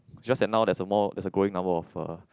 just that now there's a more there's a growing number of uh